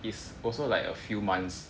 is also like a few months